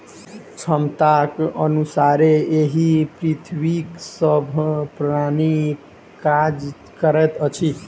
क्षमताक अनुसारे एहि पृथ्वीक सभ प्राणी काज करैत अछि